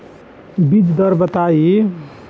बीज दर बताई?